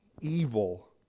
evil